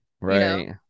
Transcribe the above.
Right